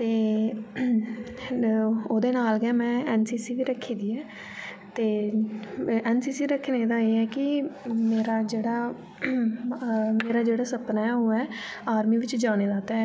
ते ओह्दे नाल गै में एन सी सी बी रखी दी ऐ ते एन सी सी रखे दा ऐ कि मेरा जेह्ड़ा मेरा जेह्ड़ा सपना ऐ ओह् ऐ आर्मी बिच जाने दा ते